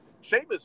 Sheamus